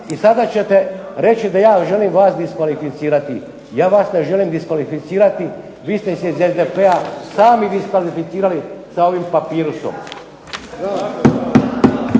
I sada ćete reći da ja želim vas diskvalificirati. Ja vas ne želim diskvalificirati, vi ste se iz SDP-a sami diskvalificirali sa ovim papirusom.